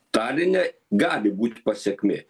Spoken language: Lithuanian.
taline gali būt pasekmė